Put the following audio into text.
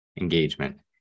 engagement